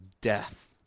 death